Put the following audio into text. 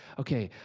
ok,